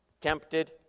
Tempted